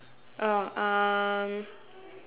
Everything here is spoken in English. oh um